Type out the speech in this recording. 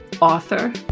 author